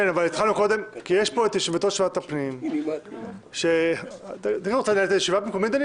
נמצאת פה כבר יושבת-ראש ועדת הפנים והגנת הסביבה.